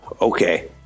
okay